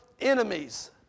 enemies